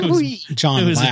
john